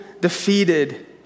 defeated